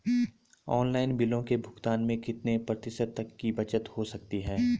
Online बिलों के भुगतान में कितने प्रतिशत तक की बचत हो सकती है?